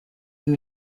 who